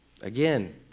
Again